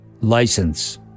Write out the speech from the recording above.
License